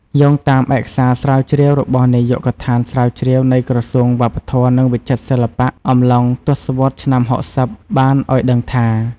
យោងតាមឯកសារស្រាវជ្រាវរបស់នាយកដ្ឋានស្រាវជ្រាវ នៃក្រសួងវប្បធម៌ និងវិចិត្រសិល្បៈអំឡុងទសវត្សរ៍ឆ្នាំ៦០ បានឲ្យដឹងថា។